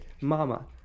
Mama